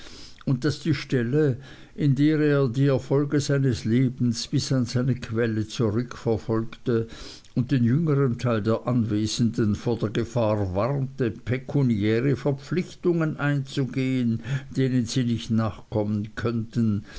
und daß die stelle in der er die erfolge seines lebens bis an seine quelle zurückverfolgte und den jüngern teil der anwesenden vor der gefahr warnte pekuniäre verpflichtungen einzugehen denen sie nicht nachkommen könnten